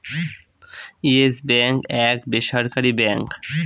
yes Bank হল এক বেসরকারি ব্যাঙ্ক